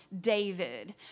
David